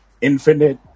infinite